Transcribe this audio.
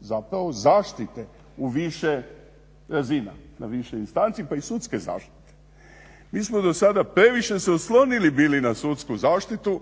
zapravo zaštite u više razina, na više instanci pa i sudske zaštite. Mi smo dosada previše se oslonili bili na sudsku zaštitu